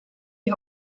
die